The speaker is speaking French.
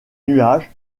nuages